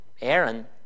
Aaron